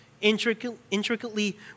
Intricately